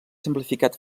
simplificat